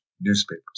newspapers